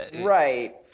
right